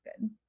good